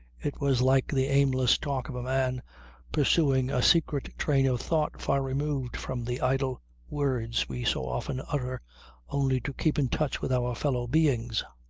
it was like the aimless talk of a man pursuing a secret train of thought far removed from the idle words we so often utter only to keep in touch with our fellow beings.